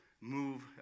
move